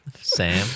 Sam